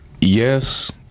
yes